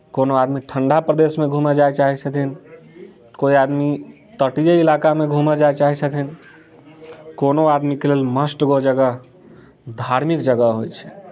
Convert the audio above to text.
कोनो आदमी ठण्डा प्रदेशमे घूमय जाइत छथिन कोइ आदमी तटीय इलाकामे घूमय जाय चाहैत छथिन कोनो आदमीके लेल मस्ट गो जगह धार्मिक जगह होइत छै